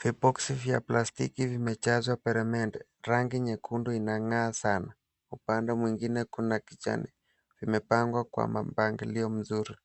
Viboksi vya plastiki vimejazwa peremende. Rangi nyekundu inang'aa sana. Upande mwengine kuna kijani. Vimepangwa kwa mapangilio mzuri.